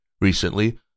Recently